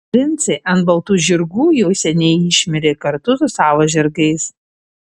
princai ant baltų žirgų jau seniai išmirė kartu su savo žirgais